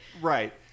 Right